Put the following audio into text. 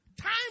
Time